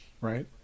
right